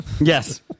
Yes